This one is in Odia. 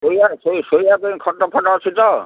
ଶୋଇବା ଶୋଇ ଶୋଇବା ପାଇଁ ଖଟ ଫଟ ଅଛି ତ